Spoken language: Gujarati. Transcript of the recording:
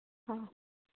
હા